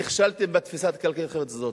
נכשלתם בתפיסה הכלכלית-חברתית הזאת.